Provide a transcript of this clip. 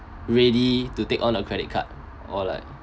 ready to take on a credit card or like